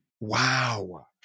Wow